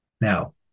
Now